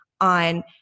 on